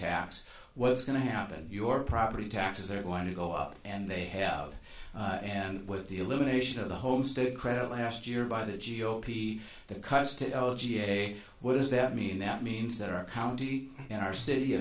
tax what's going to happen your property taxes are going to go up and they have and with the elimination of the home state credit last year by the g o p that cuts to l g a what does that mean that means that our county and our city